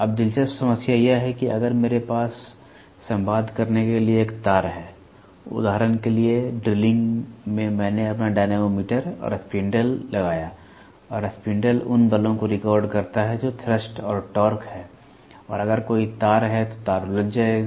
अब दिलचस्प समस्या यह है कि अगर मेरे पास संवाद करने के लिए एक तार है उदाहरण के लिए ड्रिलिंग में मैंने अपना डायनेमोमीटर और स्पिंडल लगाया और स्पिंडल उन बलों को रिकॉर्ड करता है जो थ्रस्ट और टॉर्क हैं और अगर कोई तार है तो तार उलझ जाएगा